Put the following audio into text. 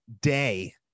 day